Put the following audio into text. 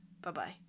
Bye-bye